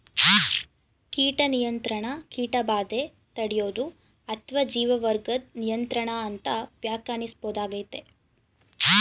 ಕೀಟ ನಿಯಂತ್ರಣ ಕೀಟಬಾಧೆ ತಡ್ಯೋದು ಅತ್ವ ಜೀವವರ್ಗದ್ ನಿಯಂತ್ರಣ ಅಂತ ವ್ಯಾಖ್ಯಾನಿಸ್ಬೋದಾಗಯ್ತೆ